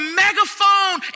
megaphone